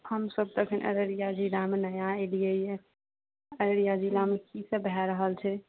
हमसब तऽ अखनि अररिया जिलामे नया एलियै यऽ अररिया जिलामे की सब भए रहल छै